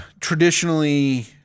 traditionally